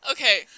Okay